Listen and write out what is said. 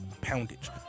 poundage